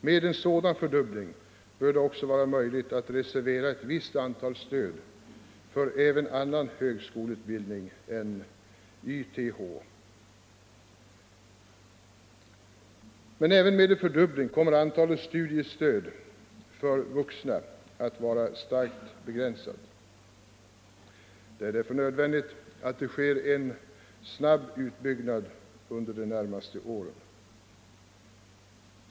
Med en sådan fördubbling bör det också vara möjligt att reservera ett visst antal stöd för även annan högskoleutbildning än YTH. Men även med en fördubbling kommer antalet studiestöd för vuxna att vara starkt begränsat. Det är därför nödvändigt med en snabb utbyggnad under de närmaste åren.